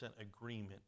agreement